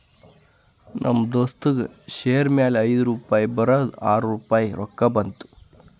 ನಮ್ ದೋಸ್ತಗ್ ಶೇರ್ ಮ್ಯಾಲ ಐಯ್ದು ರುಪಾಯಿ ಬರದ್ ಆರ್ ರುಪಾಯಿ ರೊಕ್ಕಾ ಬಂತು